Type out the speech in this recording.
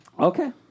Okay